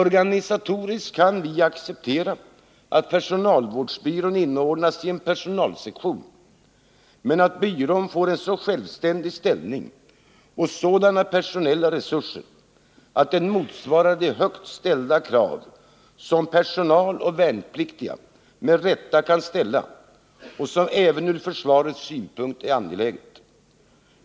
Vi kan acceptera att personalvårdsbyrån organisatoriskt inordnas i en personalsektion, men det är viktigt att byrån får en så självständig ställning och sådana personella resurser att den motsvarar de höga krav som personal och värnpliktiga med rätta kan ställa, något som även ur försvarets synpunkt är angeläget.